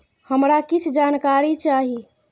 हमरा कीछ जानकारी चाही